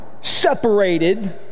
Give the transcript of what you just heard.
separated